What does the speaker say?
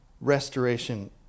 Restoration